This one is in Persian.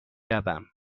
روم